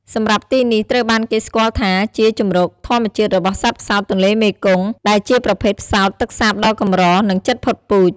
សម្រាប់ទីនេះត្រូវបានគេស្គាល់ថាជា ជម្រកធម្មជាតិរបស់សត្វផ្សោតទន្លេមេគង្គដែលជាប្រភេទផ្សោតទឹកសាបដ៏កម្រ និងជិតផុតពូជ ។